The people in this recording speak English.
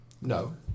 No